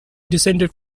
descended